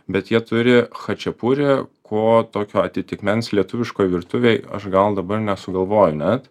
bet jie turi chačiapurį ko tokio atitikmens lietuviškoj virtuvėj aš gal dabar nesugalvoju net